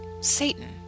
Satan